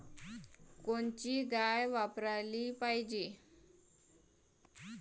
कोनची गाय वापराली पाहिजे?